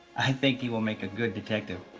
i think he will make a good detective.